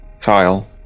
Kyle